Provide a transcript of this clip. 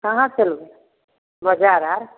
कहाँ चलबै बजार आर